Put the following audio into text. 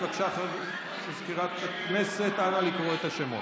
בבקשה, מזכירת הכנסת, נא לקרוא את השמות.